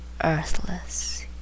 Earthless